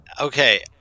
Okay